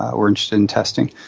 ah we're interested in testing.